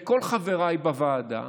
וכל חבריי בוועדה